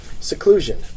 Seclusion